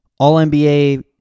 All-NBA